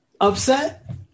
upset